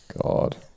God